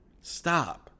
Stop